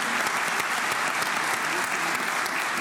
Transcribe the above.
(מחיאות כפיים)